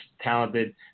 talented